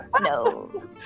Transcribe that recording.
no